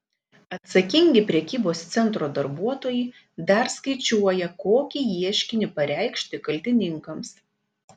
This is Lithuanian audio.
atsakingi prekybos centro darbuotojai dar skaičiuoja kokį ieškinį pareikšti kaltininkams